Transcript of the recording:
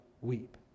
weep